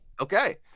Okay